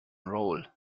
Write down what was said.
roll